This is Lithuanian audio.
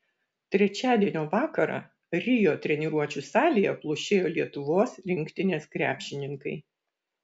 trečiadienio vakarą rio treniruočių salėje plušėjo lietuvos rinktinės krepšininkai